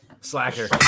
slacker